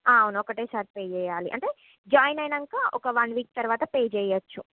అవును ఒకటే సారి పే చేయాలి అంటే జాయిన్ అయ్యాక ఒక వన్ వీక్ తరువాత పే చేయొచ్చు